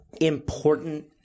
Important